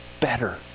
better